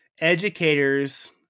educators